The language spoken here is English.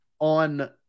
on